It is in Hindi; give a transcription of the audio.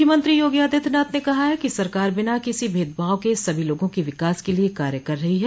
मूख्यमंत्री योगी आदित्यनाथ ने कहा कि सरकार बिना किसी भेदभाव के सभी लोगों के विकास के लिये कार्य कर रही है